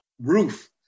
roof